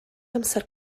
amser